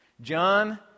John